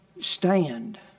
stand